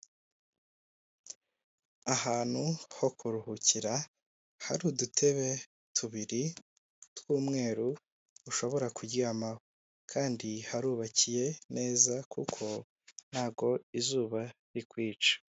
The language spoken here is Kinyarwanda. Ahantu ho kuruhukira hari udutebe tubiri tw'umweru ushobora kuryama, kandi harubakiye neza kuko ntago izuba rikwica.